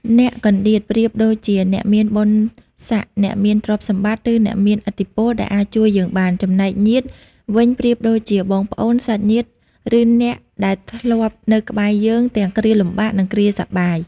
អ្នកកន្តៀត ប្រៀបដូចជាអ្នកមានបុណ្យស័ក្តិ អ្នកមានទ្រព្យសម្បត្តិ ឬអ្នកមានឥទ្ធិពលដែលអាចជួយយើងបាន ចំណែក ញាតិ វិញប្រៀបដូចជាបងប្អូន សាច់ញាតិ ឬអ្នកដែលធ្លាប់នៅក្បែរយើងទាំងគ្រាលំបាក និងគ្រាសប្បាយ។